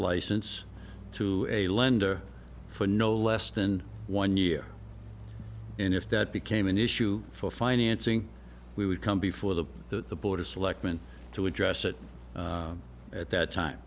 license to a lender for no less than one year and if that became an issue for financing we would come before the the board of selectmen to address it at that time